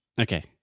Okay